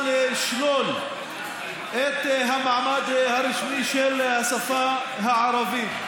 לשלול את המעמד הרשמי של השפה הערבית.